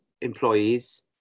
employees